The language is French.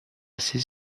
ses